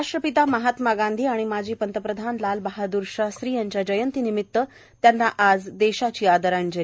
राष्ट्रपिता महात्मा गांधी आणि माजी पंतप्रधान लालबहाद्रर शास्त्री यांच्या जयंती निमित्त त्यांना आज देशाची आदरांजली